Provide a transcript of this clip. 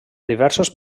diversos